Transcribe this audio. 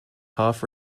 half